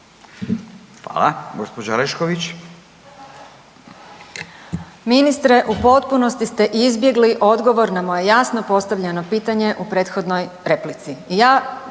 Hvala. Gospođa Orešković.